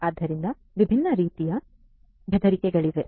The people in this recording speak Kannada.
ಆದ್ದರಿಂದ ವಿಭಿನ್ನ ರೀತಿಯ ಬೆದರಿಕೆಗಳಿವೆ